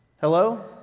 Hello